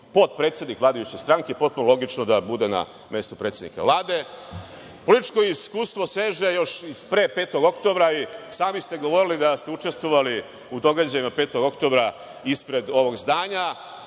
Potpredsednik vladajuće stranke, potpuno logično da bude na mestu predsednika Vlade. Političko iskustvo seže još od pre 5. oktobra. Sami ste govorili da ste učestvovali u događajima 5. oktobra ispred ovog zdanja.